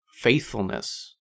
faithfulness